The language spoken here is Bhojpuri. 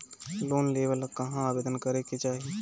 लोन लेवे ला कहाँ आवेदन करे के चाही?